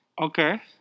Okay